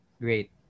Great